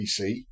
PC